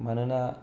मानोनो